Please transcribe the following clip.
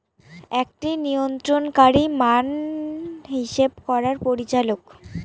একটি নিয়ন্ত্রণকারী মান হিসাব করার পরিচালক